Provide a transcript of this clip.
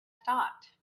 stopped